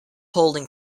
holding